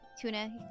Tuna